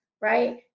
right